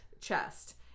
chest